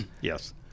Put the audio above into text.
Yes